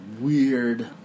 weird